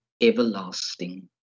everlasting